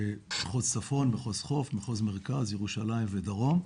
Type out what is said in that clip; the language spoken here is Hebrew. מחוז צפון, מחוז חוף, מחוז מרכז, ירושלים ודרום.